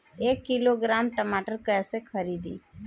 एक किलोग्राम टमाटर कैसे खरदी?